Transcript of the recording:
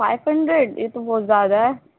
five hundred یہ تو بہت زیادہ ہے